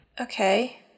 Okay